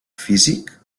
físic